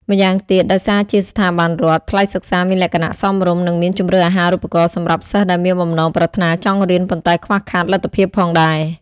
ម្យ៉ាងទៀត ដោយសារជាស្ថាប័នរដ្ឋ ថ្លៃសិក្សាមានលក្ខណៈសមរម្យ និងមានជម្រើសអាហារូបករណ៍សម្រាប់សិស្សដែលមានបំណងប្រាថ្នាចង់រៀន ប៉ុន្តែខ្វះខាតលទ្ធភាពផងដែរ។